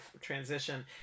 transition